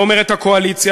לא אומרת הקואליציה.